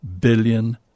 billion